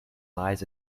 lies